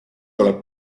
oled